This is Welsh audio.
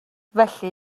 felly